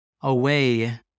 away